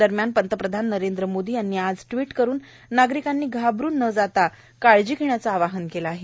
दरम्यान पंतप्रधान नरेंद्र मोदी यांनी ट्वीट करून नागरिकांनी घाबरून न जाता काळजी घेण्याचे आवाहन केले आहे